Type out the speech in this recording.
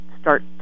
start